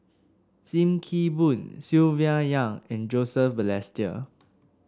Sim Kee Boon Silvia Yong and Joseph Balestier